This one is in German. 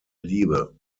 liebe